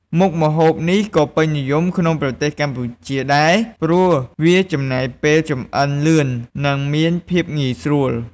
មុខម្ហូបនេះក៏ពេញនិយមក្នុងប្រទេសកម្ពុជាដែរ ព្រោះវាចំណាយពេលចម្អិនលឿននិងមានភាពងាយស្រួល។